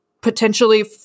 potentially